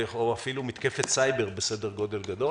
או אפילו מתקפת סייבר בסדר גודל גדול